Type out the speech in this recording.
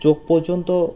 চোখ পর্যন্ত